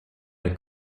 der